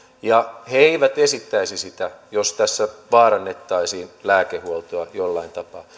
he eivät esittäisi sitä jos tässä vaarannettaisiin lääkehuoltoa jollain